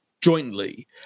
jointly